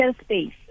space